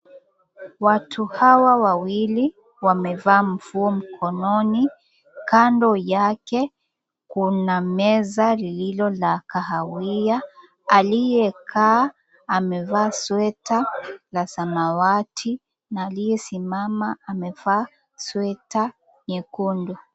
Watu hawa wawili, wamevaa mfuo mkononi. Kando yake kunameza lililo la kahawia, aliyekaa amevaa sweta ya samawati, na aliyesimama amevaa sweta nyekundu.